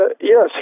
yes